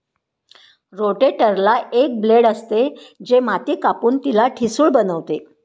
रोटेटरला एक ब्लेड असते, जे माती कापून तिला ठिसूळ बनवते